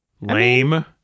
Lame